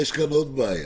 יש כאן עוד בעיה.